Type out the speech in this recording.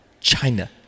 China